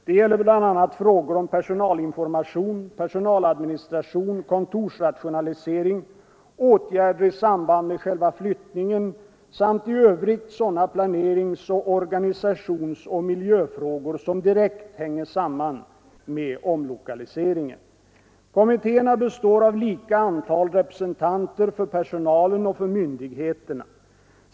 Det gäller bl.a. frågor om personalinformation, personaladministration, kontorsrationalisering, åtgärder i samband med själva flyttningen samt i övrigt sådana planerings-, organisationsoch miljöfrågor som direkt hänger samman med omlokaliseringen. Kommittéerna består av lika antal representanter för personalen och för myndigheterna.